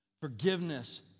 Forgiveness